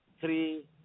three